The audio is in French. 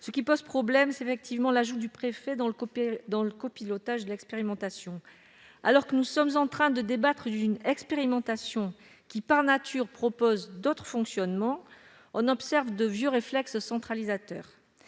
Ce qui pose problème, c'est bien l'ajout du préfet dans le copilotage de l'expérimentation. Alors que nous sommes en train de débattre d'un dispositif qui, par nature, rend possibles d'autres fonctionnements, on observe de vieux réflexes centralisateurs.